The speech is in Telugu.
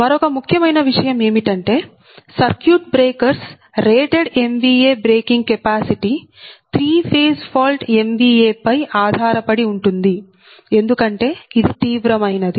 మరొక ముఖ్యమైన విషయం ఏమిటంటే circuit breakers rated MVA breaking capacity three phase fault MVA పై ఆధారపడి ఉంటుంది ఎందుకంటే ఇది తీవ్రమైనది